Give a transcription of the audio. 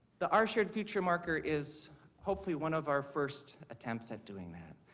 the our shared future marker is hopefully one of our first attempts at doing that.